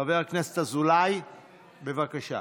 חבר הכנסת אזולאי, בבקשה.